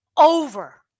over